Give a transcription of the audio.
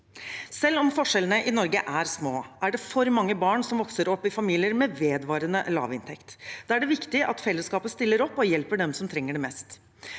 Selv om forskjellene i Norge er små, er det for mange barn som vokser opp i familier med vedvarende lavinntekt. Da er det viktig at fellesskapet stiller opp og hjelper dem som trenger det mest.